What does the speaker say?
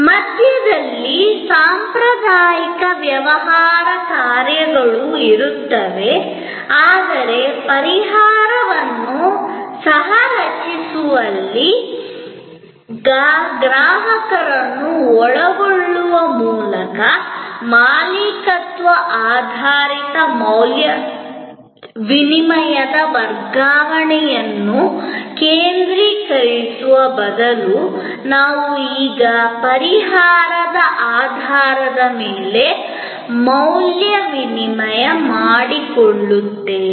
ಮಧ್ಯದಲ್ಲಿ ಸಾಂಪ್ರದಾಯಿಕ ವ್ಯವಹಾರ ಕಾರ್ಯಗಳು ಇರುತ್ತವೆ ಆದರೆ ಪರಿಹಾರವನ್ನು ಸಹ ರಚಿಸುವಲ್ಲಿ ಗ್ರಾಹಕರನ್ನು ಒಳಗೊಳ್ಳುವ ಮೂಲಕ ಮಾಲೀಕತ್ವ ಆಧಾರಿತ ಮೌಲ್ಯ ವಿನಿಮಯದ ವರ್ಗಾವಣೆಯನ್ನು ಕೇಂದ್ರೀಕರಿಸುವ ಬದಲು ನಾವು ಈಗ ಪರಿಹಾರದ ಆಧಾರದ ಮೇಲೆ ಮೌಲ್ಯ ವಿನಿಮಯ ಮಾಡಿಕೊಳ್ಳುತ್ತೇವೆ